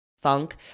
funk